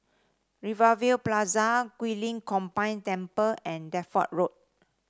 Rivervale Plaza Guilin Combined Temple and Deptford Road